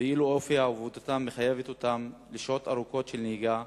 ואילו אופי עבודתם מחייב אותם לשעות ארוכות של נהיגה,